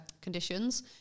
conditions